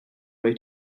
way